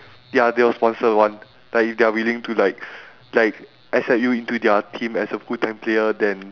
ya they'll sponsor [one] like if they're willing to like like accept you into their team as a full time player then